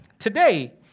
Today